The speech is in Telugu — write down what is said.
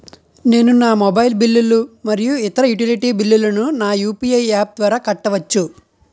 నేను నా మొబైల్ బిల్లులు మరియు ఇతర యుటిలిటీ బిల్లులను నా యు.పి.ఐ యాప్ ద్వారా కట్టవచ్చు